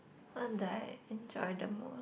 not that I enjoy the mood